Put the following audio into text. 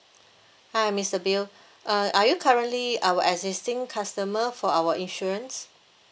hi mister bill uh are you currently our existing customer for our insurance